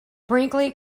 brinkley